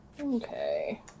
Okay